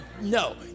no